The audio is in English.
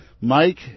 Mike